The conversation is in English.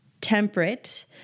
temperate